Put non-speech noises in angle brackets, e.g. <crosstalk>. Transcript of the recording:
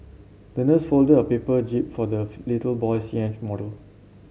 the nurse folded a paper jib for the <unintelligible> little boy's yacht model